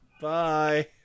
Bye